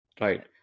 Right